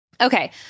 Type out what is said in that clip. Okay